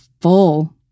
full